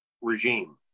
regime